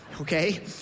Okay